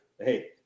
hey